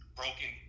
broken